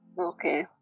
okay